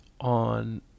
on